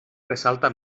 ressalta